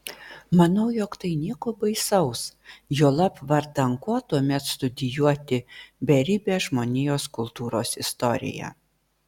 manau jog tai nieko baisaus juolab vardan ko tuomet studijuoti beribę žmonijos kultūros istoriją